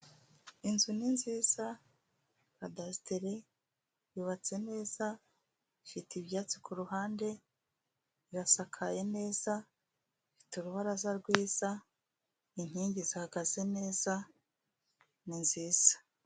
Inzu ni nziza, kadasiteri, yubatse neza, ifite ibyatsi ku ruhande, irasakaye neza, ifite urubaraza rwiza, inkingi zihagaze neza, ni nziza.